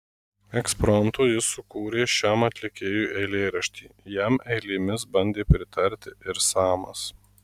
ekspromtu jis sukūrė šiam atlikėjui eilėraštį jam eilėmis bandė pritarti ir samas